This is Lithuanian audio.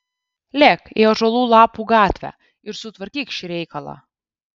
lėk į ąžuolų lapų gatvę ir sutvarkyk šį reikalą